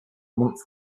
month